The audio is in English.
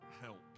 help